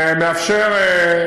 ומאפשר,